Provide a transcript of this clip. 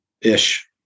Ish